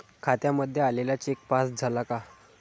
खात्यामध्ये आलेला cheque pass झाला का?